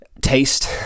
taste